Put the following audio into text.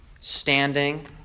standing